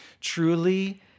truly